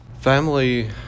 Family